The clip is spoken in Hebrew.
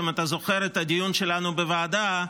אם אתה זוכר את הדיון שלנו בוועדה,